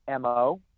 MO